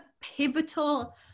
pivotal